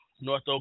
North